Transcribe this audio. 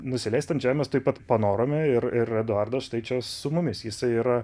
nusileist ant žemės taip pat panorome ir ir eduardas štai čia su mumis jisai yra